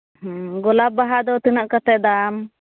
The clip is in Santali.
ᱦᱩᱸ ᱜᱚᱞᱟᱯ ᱵᱟᱦᱟ ᱫᱚ ᱛᱤᱱᱟᱹᱜ ᱠᱟᱛᱮᱫ ᱫᱟᱢ